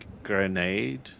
Grenade